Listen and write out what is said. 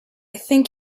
think